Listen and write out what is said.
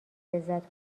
لذت